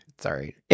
Sorry